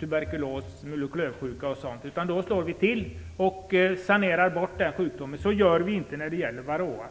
tuberkulos eller mul och klövsjuka. Då slår vi till och sanerar bort sjukdomarna. Så har inte skett vad gäller varroa.